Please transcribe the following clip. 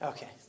Okay